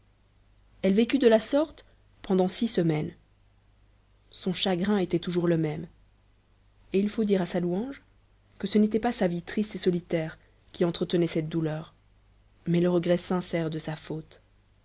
elle vécut de la sorte pendant six semaines son chagrin était toujours le même et il faut dire à sa louange que ce n'était pas sa vie triste et solitaire qui entre tenait cette douleur mais le regret sincère de sa faute